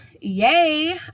yay